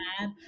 mad